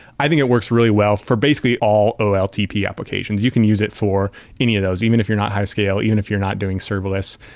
i think it works really well for basically all oltp applications. you can use it for any of those even if you're not high scale, even if you're not doing serverless.